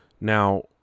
Now